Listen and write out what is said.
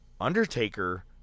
Undertaker